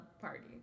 Party